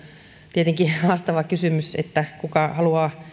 tietenkin haastava kysymys että kuka haluaa